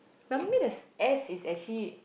normally there's S is actually